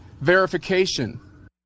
verification